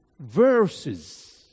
verses